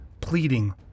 pleading